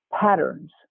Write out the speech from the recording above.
patterns